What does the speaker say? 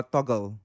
Toggle